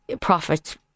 profits